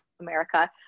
America